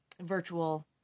virtual